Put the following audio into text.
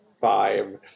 five